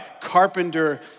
carpenter